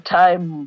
time